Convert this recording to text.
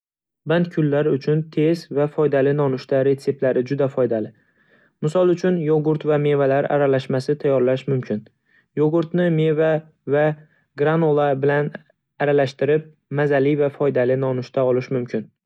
Band kunlar uchun tez va foydali nonushta retseptlari juda foydali. Misol uchun, yogurt va mevalar aralashmasi tayyorlash mumkin. Yogurtni meva va granola bilan aralashtirib, mazali va foydali nonushta olish mumkin.